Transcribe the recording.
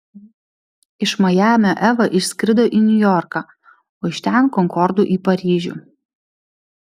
iš majamio eva išskrido į niujorką o iš ten konkordu į paryžių